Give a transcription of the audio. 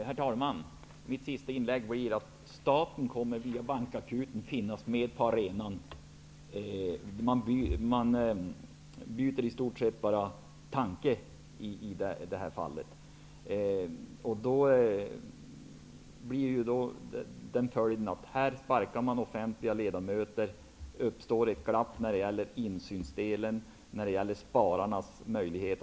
Herr talman! Mitt sista inlägg blir att staten via bankakuten kommer att finnas med på arenan. Man byter i stort sett bara utgångspunkt i det här fallet. Om man sparkar offentliga ledamöter, uppstår ett glapp i spararnas möjligheter till insyn i hanteringen av deras utlånade medel.